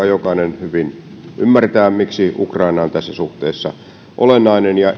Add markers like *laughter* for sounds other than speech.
*unintelligible* jokainen hyvin ymmärtää miksi ukraina on tässä suhteessa olennainen ja *unintelligible*